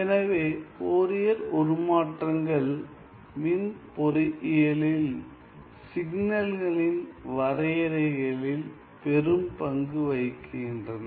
எனவே ஃபோரியர் உருமாற்றங்கள் மின் பொறியியலில் சிக்னல்களின் வரையறைகளில் பெரும் பங்கு வகிக்கின்றன